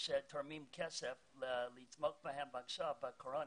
שתורם כסף לתמוך בהם בתקופת הקורונה.